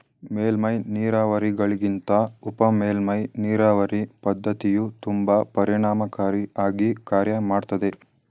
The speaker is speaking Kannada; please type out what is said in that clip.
ಮೇಲ್ಮೈ ನೀರಾವರಿಗಳಿಗಿಂತ ಉಪಮೇಲ್ಮೈ ನೀರಾವರಿ ಪದ್ಧತಿಯು ತುಂಬಾ ಪರಿಣಾಮಕಾರಿ ಆಗಿ ಕಾರ್ಯ ಮಾಡ್ತದೆ